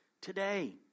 today